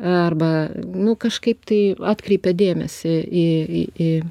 arba nu kažkaip tai atkreipia dėmesį į į į